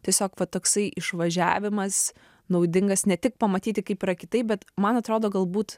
tiesiog va toksai išvažiavimas naudingas ne tik pamatyti kaip yra kitaip bet man atrodo galbūt